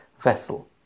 vessel